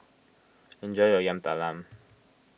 enjoy your Yam Talam